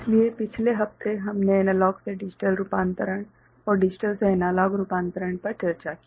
इसलिए पिछले हफ्ते हमने एनालॉग से डिजिटल रूपांतरण और डिजिटल से एनालॉग रूपांतरण पर चर्चा की